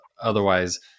otherwise